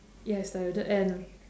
yes diluted and